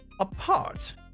apart